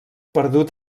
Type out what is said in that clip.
perdut